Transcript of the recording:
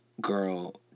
girl